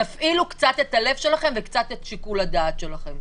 תפעילו קצת את הלב שלכם וקצת את שיקול הדעת שלכם.